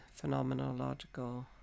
phenomenological